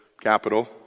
capital